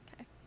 Okay